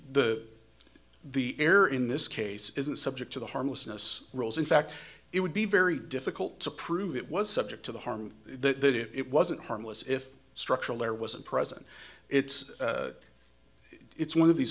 the the air in this case isn't subject to the harmlessness rules in fact it would be very difficult to prove it was subject to the harm that it wasn't harmless if structural there wasn't present it's it's one of these